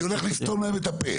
אני הולך לסתום להם את הפה,